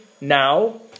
now